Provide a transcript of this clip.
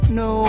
no